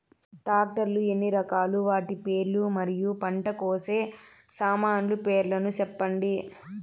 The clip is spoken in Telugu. టాక్టర్ లు ఎన్ని రకాలు? వాటి పేర్లు మరియు పంట కోసే సామాన్లు పేర్లను సెప్పండి?